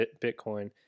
Bitcoin